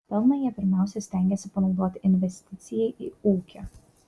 pelną jie pirmiausia stengiasi panaudoti investicijai į ūkį